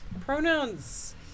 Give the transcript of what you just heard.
Pronouns